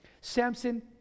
Samson